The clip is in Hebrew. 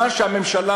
הנה,